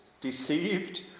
deceived